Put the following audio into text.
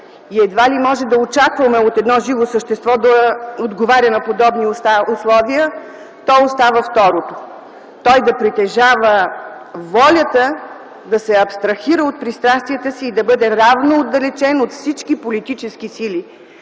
и едва ли може да очакваме от едно живо същество да отговаря на подобни условия, то остава второто – той да притежава волята да се абстрахира от пристрастията си и да бъде равно отдалечен от всички политически сили,